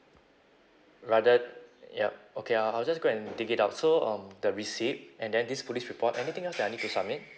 rather yup okay I I'll just go and dig it out so um the receipt and then this police report anything else that I need to submit